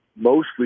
mostly